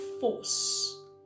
force